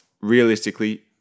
realistically